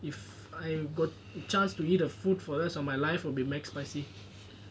if I got a chance to eat a food for rest of my life will be mac spicy